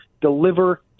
deliver